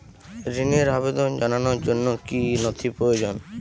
ঋনের আবেদন জানানোর জন্য কী কী নথি প্রয়োজন?